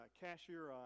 cashier